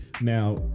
Now